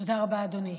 תודה רבה, אדוני.